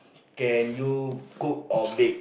can you cook or bake